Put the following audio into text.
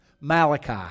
Malachi